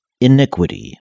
Iniquity